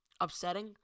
upsetting